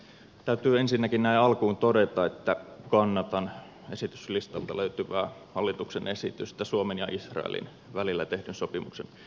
täytyy ensinnäkin näin alkuun todeta että kannatan esityslistalta löytyvää hallituksen esitystä suomen ja israelin välillä tehdyn sopimuksen hyväksymisestä